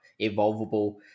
evolvable